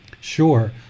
Sure